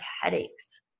headaches